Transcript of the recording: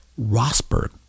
Rosberg